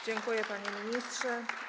Dziękuję, panie ministrze.